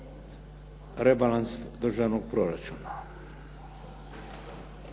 rebalans državnog proračuna.